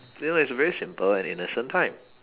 you know it's a very simple and innocent time